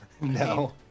No